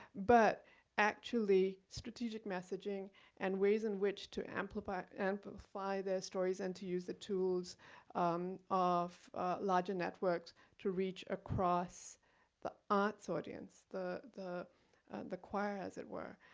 but actually strategic messaging and ways in which to amplify amplify their stories and to use the tools of larger networks to reach across the arts audience, the the choir as it were.